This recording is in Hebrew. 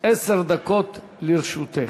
עשר דקות לרשותך.